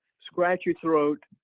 scratchy throat,